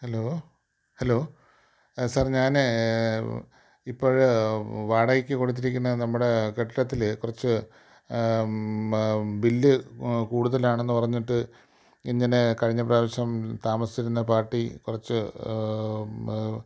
hello hello ആ sir ഞാൻ ഇപ്പഴ് വാടകക്ക് കൊടുത്തിരിക്കുന്ന നമ്മുടെ കെട്ടിടത്തിൽ കുറച്ച് ബില്ല് കൂടുതലാണെന്ന് പറഞ്ഞിട്ട് ഇങ്ങനെ കഴിഞ്ഞ പ്രാവശ്യം താമസിച്ചിരുന്ന പാർട്ടി കുറച്ച്